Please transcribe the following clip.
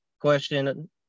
question